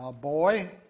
boy